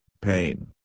pain